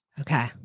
Okay